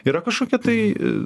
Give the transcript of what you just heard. yra kažkokia tai